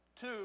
Two